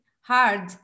hard